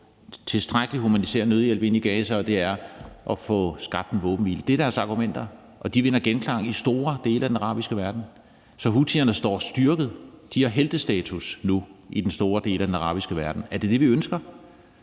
tilstrækkelig humanitær nødhjælp ind i Gaza og at få skabt en våbenhvile. Det er deres argumenter, og de vinder genklang i store dele af den arabiske verden. Så houthierne står styrket, og de har nu heltestatus i store dele af den arabiske verden. Er det det, vi ønsker?